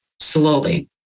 slowly